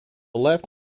left